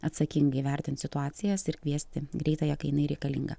atsakingai vertint situacijas ir kviesti greitąją kai jinai reikalinga